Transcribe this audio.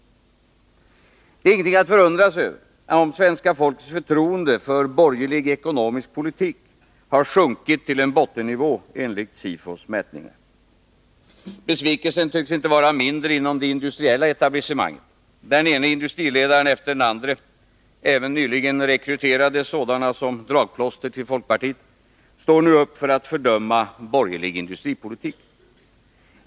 Det är ingenting att förundra sig över om svenska folkets förtroende för borgerlig ekonomisk politik har sjunkit till en bottennivå enligt SIFO:s mätningar. Besvikelsen tycks inte vara mindre inom det industriella etablissemanget. Den ena industriledaren efter den andre — även nyligen rekryterade sådana som dragplåster till folkpartiet — står nu upp för att fördöma borgerlig industripolitik.